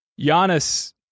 Giannis